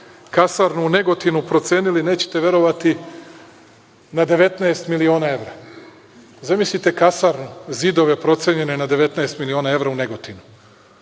kasarnu u Negotinu procenili, nećete verovati na 19 miliona evra. Zamislite kasarnu, zidove procenjene na 19 miliona evra u Negotinu.